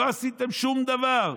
לא עשיתם שום דבר.